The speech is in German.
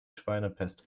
schweinepest